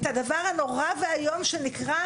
כי במצטבר אנחנו מגיעים למצב שחינוך חינם הוא